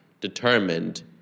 determined